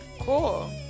Cool